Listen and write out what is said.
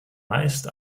meist